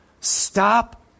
Stop